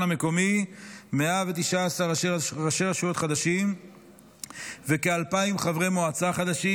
המקומי 119 ראשי רשויות חדשים וכ-2,000 חברי מועצה חדשים.